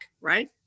right